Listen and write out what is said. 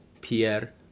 Pierre